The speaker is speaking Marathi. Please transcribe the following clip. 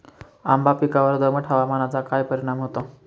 आंबा पिकावर दमट हवामानाचा काय परिणाम होतो?